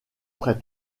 près